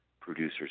producers